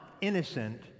innocent